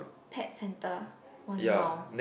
pet centre one mile